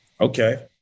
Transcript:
Okay